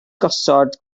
gosod